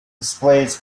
displays